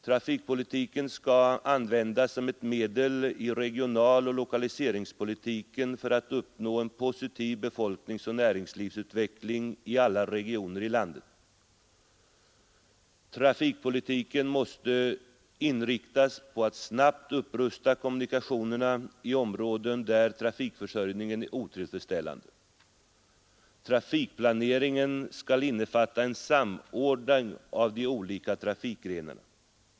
Trafikpolitiken skall användas som ett medel i regionaloch lokaliseringspolitiken för att uppnå en positiv befolkningsoch näringslivsutveckling i alla regioner i landet. Trafikpolitiken måste inriktas på att snabbt upprusta kommunikationerna i områden där trafik ningen är otillfredsställande. Trafikplaneringen skall innefatta en samordning av de olika trafikgrenarna.